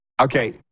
Okay